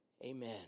Amen